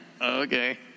okay